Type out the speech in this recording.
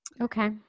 Okay